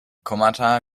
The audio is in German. kommata